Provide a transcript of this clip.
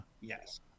Yes